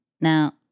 Now